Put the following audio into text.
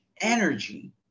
energy